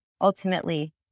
ultimately